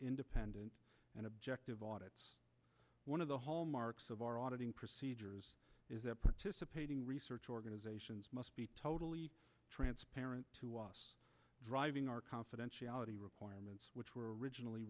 independent and objective audit one of the hallmarks of our auditing procedures is that participating research organizations must be totally transparent driving our confidentiality requirements which were originally